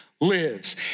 lives